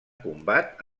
combat